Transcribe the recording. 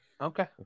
Okay